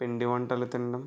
పిండి వంటలు తినడం